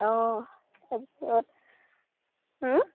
অঁ তাৰ পিছত